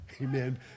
amen